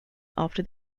after